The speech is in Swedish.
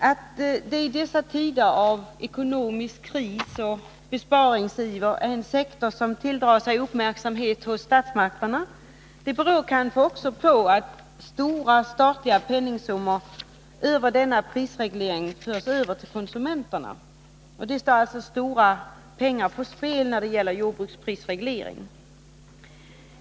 Att detta i dessa tider av ekonomisk kris och besparingsiver är en sektor som tilldrar sig uppmärksamhet hos statsmakterna beror kanske på att stora statliga penningsummor över denna prisreglering förs över till konsumenterna. Det står alltså stora pengar på spel när det gäller jordbruksprisregleringen.